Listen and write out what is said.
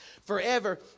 forever